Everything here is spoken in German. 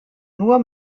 nur